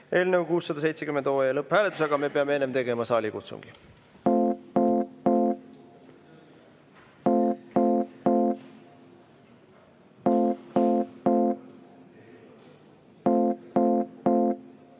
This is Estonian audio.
eelnõu 670 lõpphääletus, aga me peame enne tegema saalikutsungi.